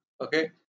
okay